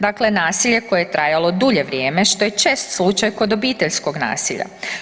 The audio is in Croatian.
Dakle, nasilje koje je trajalo dulje vrijeme, što je čest slučaj kod obiteljskog nasilja.